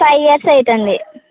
five years అవుతుంది